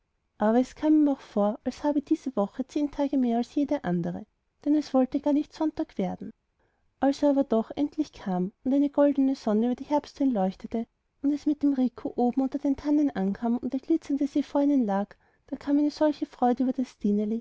aber es kam ihm auch vor als habe diese woche zehn tage mehr als jede andere denn es wollte gar nicht sonntag werden als er aber doch endlich kam und eine goldene sonne über die herbsthöhen leuchtete und es mit dem rico oben unter den tannen ankam und der glitzernde see vor ihnen lag da kam eine solche freude über das